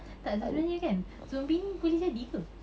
tak sebenarnya kan zombie ni boleh jadi ke